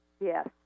Yes